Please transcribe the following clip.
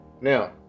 Now